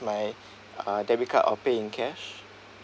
my uh debit card or pay in cash